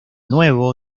nuevo